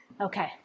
Okay